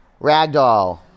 Ragdoll